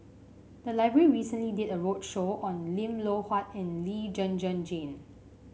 the library recently did a roadshow on Lim Loh Huat and Lee Zhen Zhen Jane